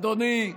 אדוני,